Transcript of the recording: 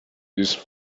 this